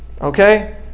okay